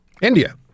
India